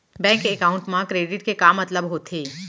Bank account मा credit के का मतलब होथे?